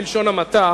בלשון המעטה,